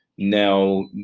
Now